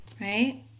right